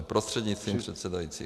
Prostřednictvím předsedajícího.